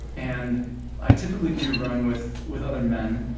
and i typically do run with with other men,